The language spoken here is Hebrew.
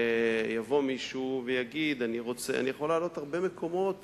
יבוא מישהו ויגיד, אני יכול להעלות הרבה מקומות